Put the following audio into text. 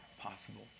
possible